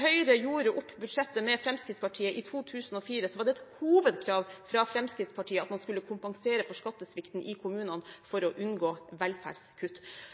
Høyre gjorde opp budsjettet med Fremskrittspartiet, i 2004, var det et hovedkrav fra Fremskrittspartiet at man skulle kompensere for skattesvikten i kommunene for å unngå velferdskutt.